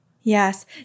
Yes